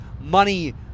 money